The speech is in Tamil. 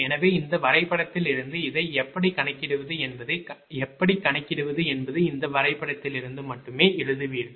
எனவே இந்த வரைபடத்திலிருந்து இதை எப்படி கணக்கிடுவது என்பதை எப்படி கணக்கிடுவது என்பதை இந்த வரைபடத்திலிருந்து மட்டுமே எழுதுவீர்கள்